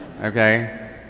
okay